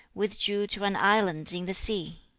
withdrew to an island in the sea.